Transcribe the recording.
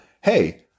hey